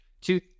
Two